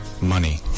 money